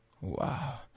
Wow